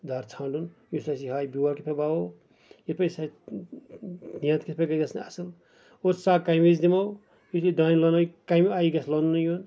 دار ژھاڑُن یُس اَسہِ یہِ ہاوِ بیول کِتھ پٲٹھۍ وَوو یِتھ پٲٹھۍ سُہ اَسہِ نیٚند کِتھ پٲٹھۍ گژھِ گژھٕنۍ اَصٕل اور سَگ کَمہِ وِزِ دِمو یُتھٕے دانہِ لونُن کَمہِ آیہِ گژھِ لوننہٕ یُن